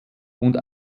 und